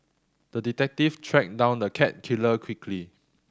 the detective tracked down the cat killer quickly